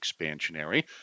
expansionary